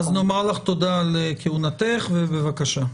אז נאמר לך תודה על כהונתך, ובבקשה.